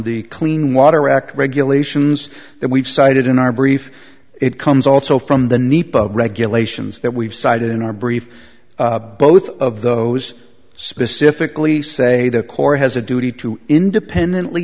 the clean water act regulations that we've cited in our brief it comes also from the nepa regulations that we've cited in our brief both of those specifically say the corps has a duty to independently